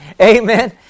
Amen